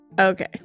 Okay